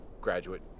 graduate